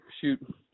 shoot